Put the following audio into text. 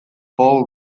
all